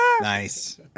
nice